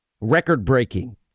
Record-breaking